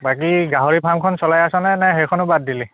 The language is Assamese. বাকী গাহৰি ফাৰ্মখন চলাই আছনে নে সেইখনো বাদ দিলি